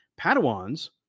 Padawans